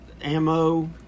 ammo